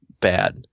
bad